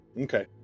Okay